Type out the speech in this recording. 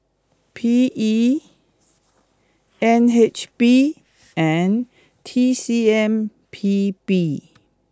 P E N H B and T C M P B